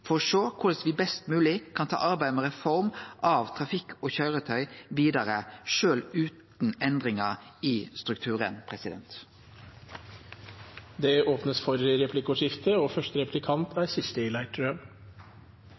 for å sjå korleis me best mogleg kan ta arbeidet med reform av trafikk og køyretøy vidare sjølv utan endringar i strukturen. Det blir replikkordskifte.